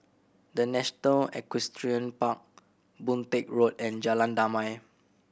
The National Equestrian Park Boon Teck Road and Jalan Damai